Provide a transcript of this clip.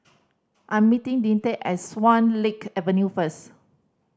I am meeting Deante at Swan Lake Avenue first